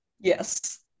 Yes